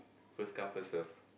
first come first serve